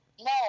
No